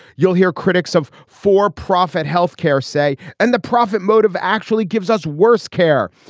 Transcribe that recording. you'll hear critics of for profit health care say and the profit motive actually gives us worse care.